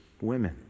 women